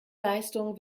leistung